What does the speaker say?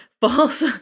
false